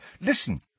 Listen